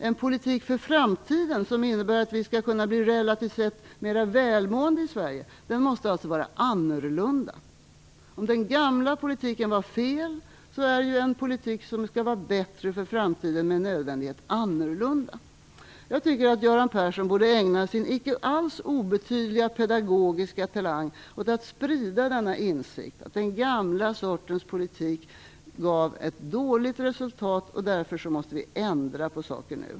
En politik för framtiden, som innebär att vi skall kunna bli relativt sett mera välmående i Sverige, måste alltså vara annorlunda. Om den gamla politiken var fel, är ju en politik som skall vara bättre för framtiden med nödvändighet annorlunda. Jag tycker att Göran Persson borde ägna sin icke alls obetydliga pedagogiska talang åt att sprida denna insikt, att den gamla sortens politik gav ett dåligt resultat och att vi därför nu måste ändra på den.